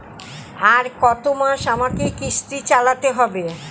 আর কতমাস আমাকে কিস্তি চালাতে হবে?